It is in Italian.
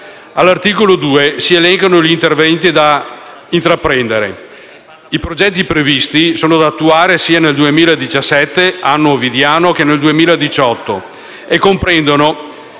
All'articolo 2 si elencano gli interventi da intraprendere. I progetti previsti sono da attuare sia nel 2017, anno ovidiano, sia nel 2018 e comprendono